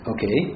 Okay